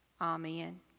Amen